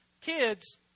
Kids